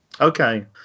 Okay